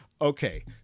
Okay